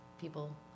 people